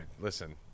Listen